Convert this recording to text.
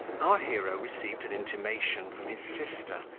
our hero received an intimation from his sister,